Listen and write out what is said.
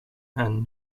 and